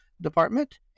Department